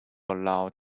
allowed